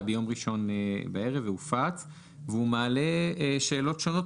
ביום ראשון בערב והופץ והוא מעלה שאלות שונות,